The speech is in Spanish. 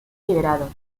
liberado